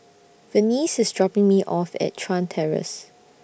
Venice IS dropping Me off At Chuan Terrace